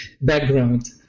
background